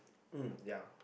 um ya